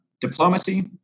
diplomacy